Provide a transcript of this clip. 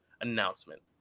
announcement